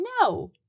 No